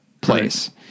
place